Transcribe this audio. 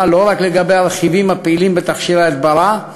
לא רק לגבי הרכיבים הפעילים בתכשירי הדברה,